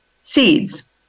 seeds